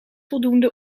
voldoende